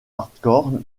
hardcore